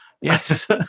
yes